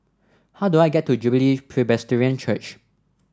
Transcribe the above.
how do I get to Jubilee Presbyterian Church